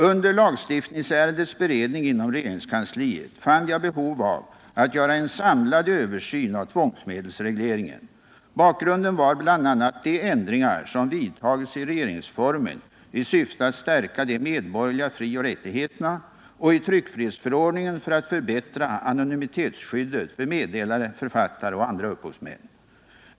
Under lagstiftningsärendets beredning inom regeringskansliet fann jag behov av att göra en samlad översyn av tvångsmedelsregleringen. Bakgrunden var bl.a. de ändringar som vidtagits i regeringsformen i syfte att stärka de medborgerliga frioch rättigheterna och i tryckfrihetsförordningen för att förbättra anonymitetsskyddet för meddelare, författare och andra upphovsmän.